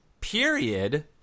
period